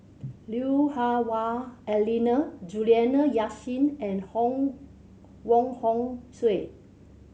Lui Hah Wah Elena Juliana Yasin and Hong Wong Hong Suen